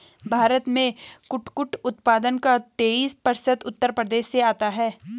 भारत में कुटकुट उत्पादन का तेईस प्रतिशत उत्तर प्रदेश से आता है